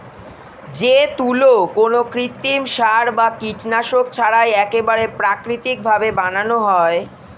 যে তুলো কোনো কৃত্রিম সার বা কীটনাশক ছাড়াই একেবারে প্রাকৃতিক ভাবে বানানো হয়